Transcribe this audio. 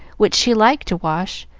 which she liked to wash,